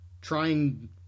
trying –